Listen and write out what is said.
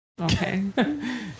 okay